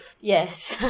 Yes